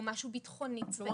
או משהו ביטחוני או צבאי.